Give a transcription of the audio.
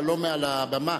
אבל לא מעל הבמה.